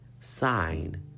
sign